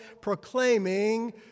proclaiming